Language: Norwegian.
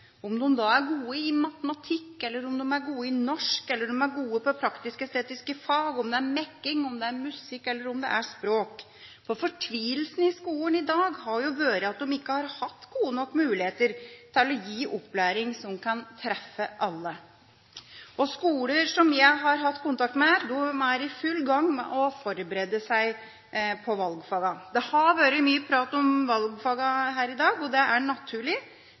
er gode i matematikk, noen er gode i norsk, noen er gode i praktisk-estetiske fag, og noen er gode i mekking, musikk eller språk. Fortvilelsen i skolen har jo vært at man ikke har hatt gode nok muligheter til å gi opplæring som kan treffe alle. Skoler jeg har hatt kontakt med, er i full gang med å forberede seg på valgfagene. Det har vært mye prat om valgfag her i dag, og det er naturlig,